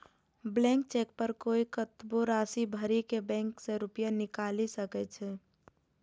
blank cheque पर कोइ कतबो राशि भरि के बैंक सं रुपैया निकालि सकै छै